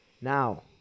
Now